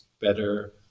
better